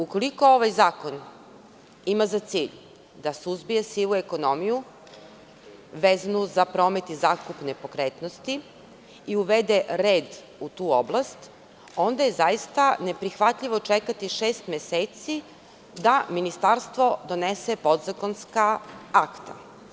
Ukoliko ovaj zakon ima za cilj da suzbije sivu ekonomiju vezanu za promet i zakup nepokretnosti i uvede red u tu oblast, onda je zaista neprihvatljivo čekati šest meseci da ministarstvo donese podzakonska akta.